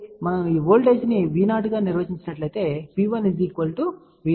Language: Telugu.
మనము ఈ వోల్టేజ్ను V0 గా నిర్వచించినట్లయితే P1 V022Z0